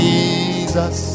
Jesus